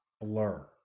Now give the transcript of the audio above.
blur